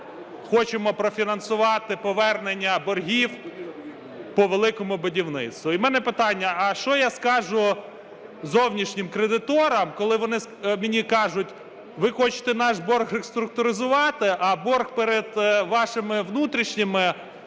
хочемо профінансувати повернення боргів по "Великому будівництву". І в мене питання, а що я скажу зовнішнім кредиторам, коли вони мені кажуть, ви хочете наш борг реструктуризувати, а борг перед вашими внутрішніми